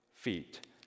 feet